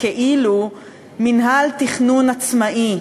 כאילו מינהל תכנון עצמאי,